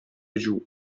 giù